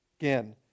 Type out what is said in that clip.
again